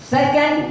Second